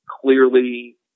clearly